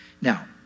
Now